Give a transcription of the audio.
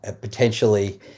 potentially